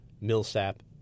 Millsap